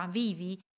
vivi